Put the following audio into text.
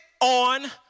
on